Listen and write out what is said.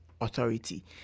authority